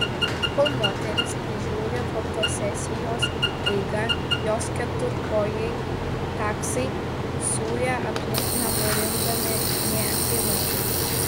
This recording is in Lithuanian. kol moteris prižiūri fotosesijos eigą jos keturkojai taksai zuja aplink nenurimdami nė akimirkai